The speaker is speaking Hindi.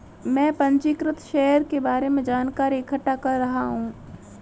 मैं पंजीकृत शेयर के बारे में जानकारी इकट्ठा कर रहा हूँ